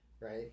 right